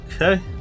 Okay